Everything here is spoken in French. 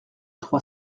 trois